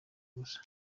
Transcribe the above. gusa